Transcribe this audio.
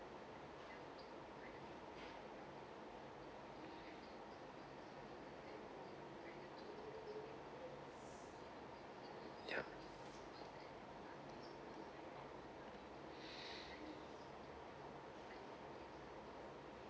ya